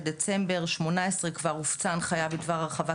בדצמבר 18' כבר הופצה הנחיה בדבר הרחבת